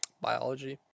biology